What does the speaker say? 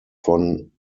von